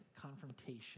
confrontation